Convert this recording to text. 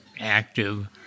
active